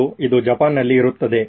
ಮತ್ತು ಇದು ಜಪಾನ್ನಲ್ಲಿ ಇರುತ್ತದೆ